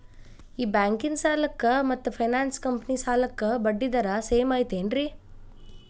ಈ ಬ್ಯಾಂಕಿನ ಸಾಲಕ್ಕ ಮತ್ತ ಫೈನಾನ್ಸ್ ಕಂಪನಿ ಸಾಲಕ್ಕ ಬಡ್ಡಿ ದರ ಸೇಮ್ ಐತೇನ್ರೇ?